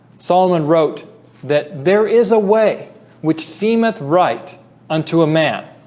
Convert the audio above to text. solomon wrote that there is a way which seemeth right unto a man